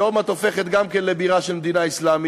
שעוד מעט הופכת גם כן לבירה של מדינה אסלאמית.